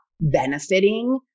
benefiting